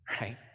right